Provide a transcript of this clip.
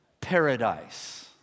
paradise